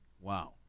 wow